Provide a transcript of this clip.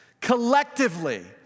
collectively